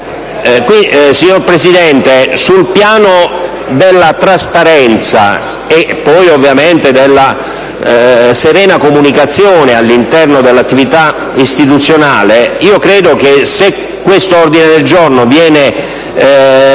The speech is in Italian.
Signor Presidente, sul piano della trasparenza e poi ovviamente della serena comunicazione all'interno dell'attività istituzionale, credo che se questo ordine del giorno viene accettato